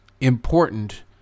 important